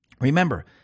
Remember